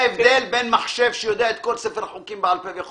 הודיע לו: הרכב שלך מושבת ל-30 יום על פי החוק החדש.